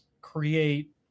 create